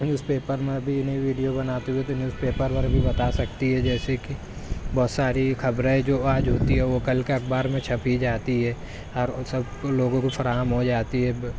news paper میں بھی انہیں ویڈیو بناتے ہوئے تو نیوز پیپر وغیرہ بھی بتا سکتی ہے جیسے کہ بہت ساری خبریں جو آج ہوتی ہیں وہ کل کا اخبار میں چھپ ہی جاتی ہے اور وہ سب لوگوں کو فراہم ہو جاتی ہے